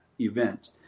event